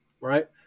right